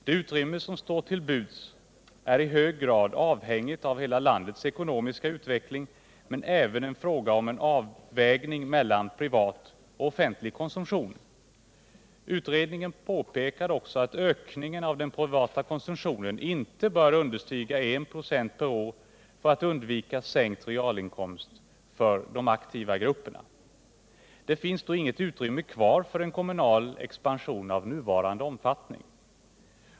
Det utrymme som står till buds är i hög grad avhängigt av hela landets ekonomiska utveckling, men det är även en fråga om en avvägning mellan privat och offentlig konsumtion. Utredningen påpekar också att ökningen av den privata konsumtionen inte bör understiga 1 26 per år om man skall undvika sänkt realinkomst för de aktiva grupperna. Det finns då inget utrymme kvar för en kommunal expansion av nuvarande omfattning.